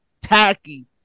tacky